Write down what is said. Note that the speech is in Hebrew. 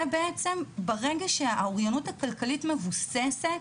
זה בעצם ברגע שהאוריינות הכלכלית מבוססת,